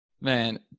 Man